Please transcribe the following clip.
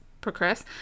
progress